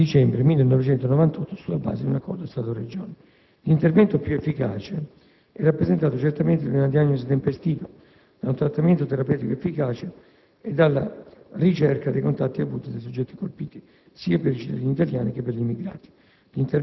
dicembre 1998, sulla base di un accordo Stato-Regioni. L'intervento più efficace è rappresentato certamente da una diagnosi tempestiva, da un trattamento terapeutico efficace e dalla ricerca dei contatti avuti dai soggetti colpiti, sia per i cittadini italiani che per gli immigrati.